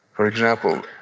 for example,